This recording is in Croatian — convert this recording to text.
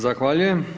Zahvaljujem.